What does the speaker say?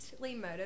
motivated